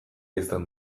izan